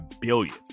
billion